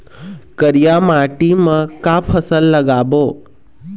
करिया माटी म का फसल लगाबो?